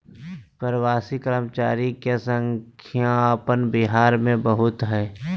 प्रवासी कर्मचारी के संख्या अपन बिहार में बहुत हइ